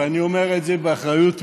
ואני אומר את זה באחריות מלאה,